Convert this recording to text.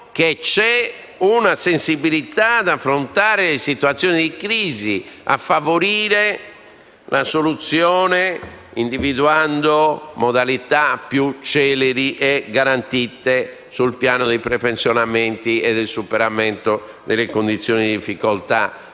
che c'è una sensibilità ad affrontare le situazioni di crisi e a favorire la soluzione, individuando modalità più celeri e garantite sul piano dei prepensionamenti e del superamento delle condizioni di difficoltà